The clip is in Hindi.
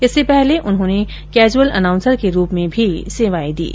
इससे पहले उन्होंने कैज़ुअल अनाउंसर के रूप में भी सेवाएं दीं